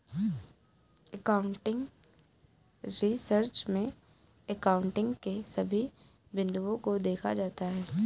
accounting research में accounting के सभी बिंदुओं को देखा जाता है